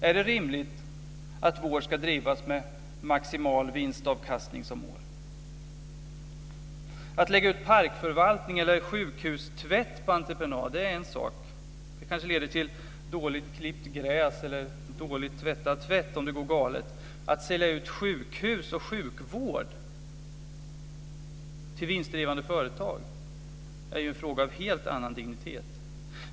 Är det rimligt att vård ska bedrivas med maximal vinstavkastning som mål? Att lägga ut parkförvaltning eller sjukhustvätt på entreprenad är en sak. Det kanske leder till dåligt klippt gräs eller dåligt tvättad tvätt om det går galet. Att sälja ut sjukhus och sjukvård till vinstdrivande företag är ju en fråga av helt annan dignitet.